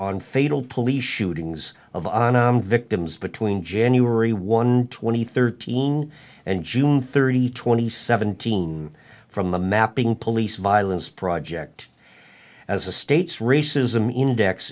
on fatal police shooting of victims between january one twenty thirteen and june thirty twenty seventeen from a mapping police violence project as a state's racism index